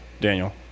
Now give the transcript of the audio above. Daniel